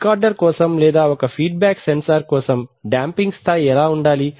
recorder కోసం లేదా ఒక ఫీడ్ బ్యాక్ సెన్సార్ కోసం డాంపింగ్ స్థాయి ఎలా ఉండాలి